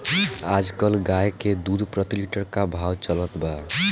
आज कल गाय के दूध प्रति लीटर का भाव चलत बा?